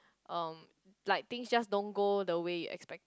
um like things just don't go the way you expected